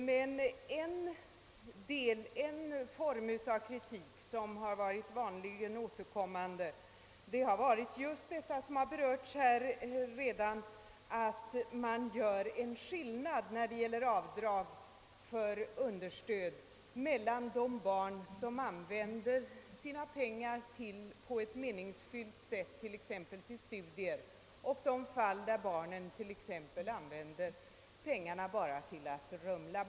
Men en form av kritik som ofta återkommit är just detta, som här redan berörts, att det görs en skillnad beträffande avdrag för understöd i de fall då barn använder sina pengar på ett meningsfyllt sätt — t.ex. för studier — och i de fall då barn använder pengarna kanske bara för att rumla.